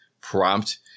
prompt